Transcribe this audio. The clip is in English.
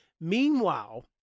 Meanwhile